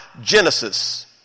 Genesis